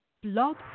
Blog